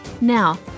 Now